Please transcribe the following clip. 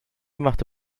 machte